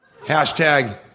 Hashtag